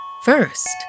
First